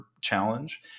challenge